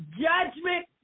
judgment